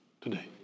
today